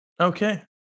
Okay